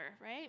right